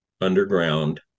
underground